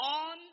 on